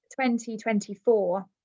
2024